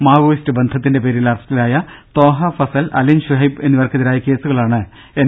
Maoist ബന്ധ ത്തിന്റെ പേരിൽ അറസ്റ്റിലായ ത്വാഹ ഫസൽ അലൻ ഷുഹൈബ് എന്നി വർക്കെതിരായ കേസുകളാണ് എൻ